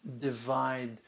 divide